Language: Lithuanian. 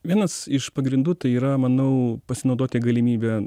vienas iš pagrindų tai yra manau pasinaudoti galimybe